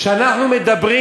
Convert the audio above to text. כשאנחנו מדברים